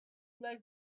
like